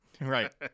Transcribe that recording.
Right